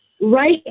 Right